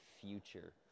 future